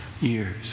years